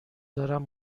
دارم